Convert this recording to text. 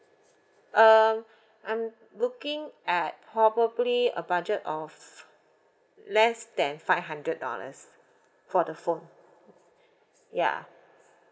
um I'm looking at probably a budget of less than five hundred dollars for the phone ya